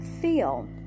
Feel